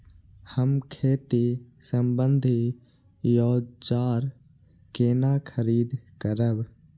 हम खेती सम्बन्धी औजार केना खरीद करब?